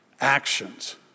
Actions